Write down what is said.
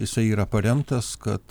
jisai yra paremtas kad